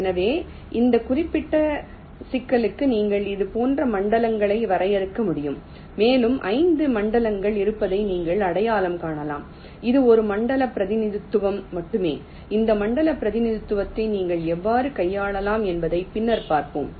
எனவே இந்த குறிப்பிட்ட சிக்கலுக்கு நீங்கள் இது போன்ற மண்டலங்களை வரையறுக்க முடியும் மேலும் 5 மண்டலங்கள் இருப்பதை நீங்கள் அடையாளம் காணலாம் இது ஒரு மண்டல பிரதிநிதித்துவம் மட்டுமே இந்த மண்டல பிரதிநிதித்துவத்தை நீங்கள் எவ்வாறு கையாளலாம் என்பதை பின்னர் பார்ப்போம்